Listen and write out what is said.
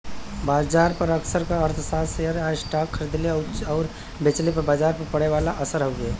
बाजार पर असर क अर्थ शेयर या स्टॉक खरीदले आउर बेचले पर बाजार पर पड़े वाला असर हउवे